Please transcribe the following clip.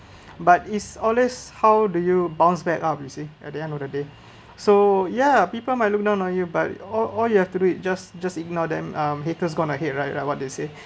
but is always how do you bounce back obviously at the end of the day so ya people may look down on you but all all you have to do it just just ignore them um haters gonna to hate right like what they say